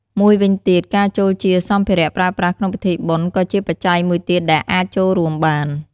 មួយវិញទៀតការចូលជាសម្ភារៈប្រើប្រាស់ក្នុងពិធីបុណ្យ ក៏ជាបច្ច័យមួយទៀតដែលអាចចូលរួមបាន។